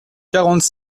quarante